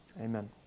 Amen